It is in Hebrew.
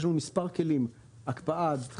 יש לנו מספר כלים: הקפאה, דחייה.